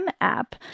app